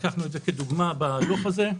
לקחנו את זה כדוגמה בדוח הזה.